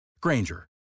Granger